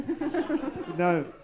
no